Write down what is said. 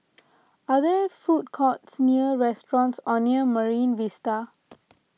are there food courts near restaurants or near Marine Vista